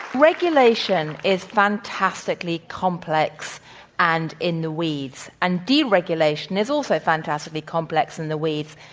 regulation is fantastically complex and in the weeds. and deregulation is also fantastically complex in the weeds.